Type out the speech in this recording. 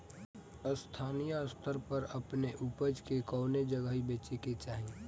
स्थानीय स्तर पर अपने ऊपज के कवने जगही बेचे के चाही?